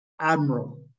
Admiral